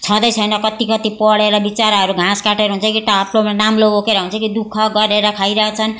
छँदै छैन कति कति पढेर बिचराहरू घाँस काटेर हुन्छ कि थाप्लोमा नाम्लो बोकेर हुन्छ कि दुःख गरेर खाइरहेका छन्